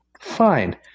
Fine